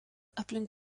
aplink